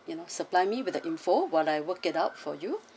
you know supply me with the info~ while I worked it out for you